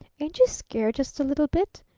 ain't you scared just a little bit?